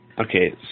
Okay